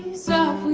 so